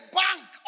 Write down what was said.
bank